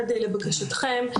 לבקשתכם,